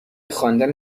خواندن